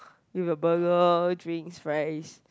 with a burger drinks fries